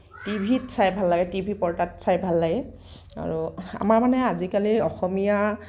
টিভিত চাই ভাল লাগে টিভিৰ পৰ্দাত চাই ভাল লাগে আৰু আমাৰ মানে আজিকালি অসমীয়া